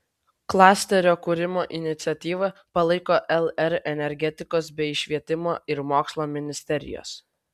klasterio kūrimo iniciatyvą palaiko lr energetikos bei švietimo ir mokslo ministerijos